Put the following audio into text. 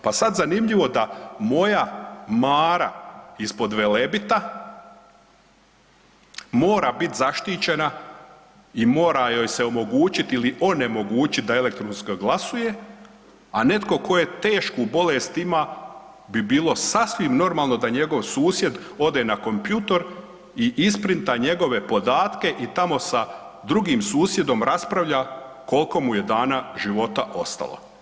Pa sad zanimljivo da moja Mara ispod Velebita mora biti zaštićena i mora joj se omogućiti ili onemogućiti da elektronski glasuje, a netko tko tešku bolest ima bi bilo sasvim normalno da njegov susjed ode na kompjutor i isprinta njegove podatke i tamo sa drugim susjedom raspravlja koliko mu je dana života ostalo.